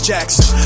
Jackson